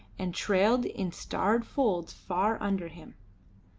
and trailed in starred folds far under him.